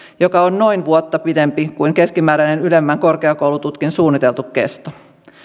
joka on noin vuotta pidempi kuin keskimääräinen ylemmän korkeakoulututkinnon suunniteltu kesto